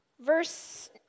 Verse